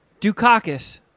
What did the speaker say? Dukakis